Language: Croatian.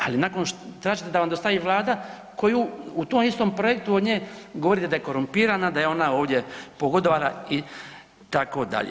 Ali nakon što tražite da vam dostavi Vlada koja u tom istom projektu od nje govorite da je korumpirana, da je ona ovdje pogodovala itd.